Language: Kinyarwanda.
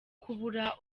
kubura